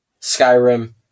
skyrim